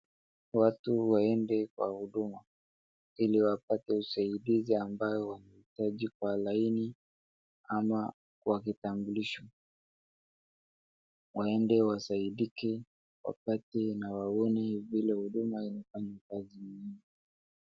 Watu waende kwa Huduma, ili wapate usaidizi ambayo wanahitaji kwa laini, ama kwa kitambulisho. Waende wasaidike, wapate na waone vile Huduma inafanya kazi nzuri.